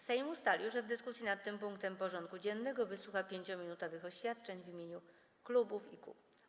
Sejm ustalił, że w dyskusji nad tym punktem porządku dziennego wysłucha 5-minutowych oświadczeń w imieniu klubów i kół.